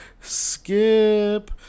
Skip